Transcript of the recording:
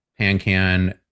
Pancan